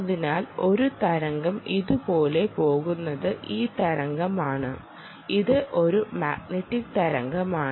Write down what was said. അതിനാൽ ഒരു തരംഗം ഇതുപോലെ പോകുന്നത് E തരംഗമാണ് ഇത് ഒരു മാഗ്നെറ്റിക് തരംഗമാണ്